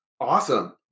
Awesome